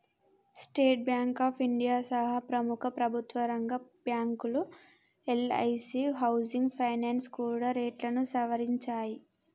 state bank of India సహా ప్రముఖ ప్రభుత్వరంగ బ్యాంకులు, ఎల్ఐసీ హౌసింగ్ ఫైనాన్స్ కూడా రేట్లను సవరించాయి